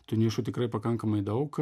tų nišų tikrai pakankamai daug